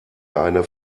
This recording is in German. eine